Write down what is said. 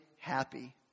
happy